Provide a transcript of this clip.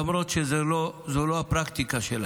למרות שזאת לא הפרקטיקה שלהן,